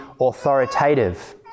authoritative